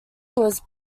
was